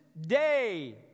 day